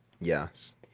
Yes